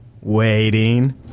Waiting